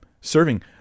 serving